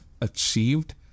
achieved